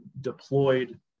deployed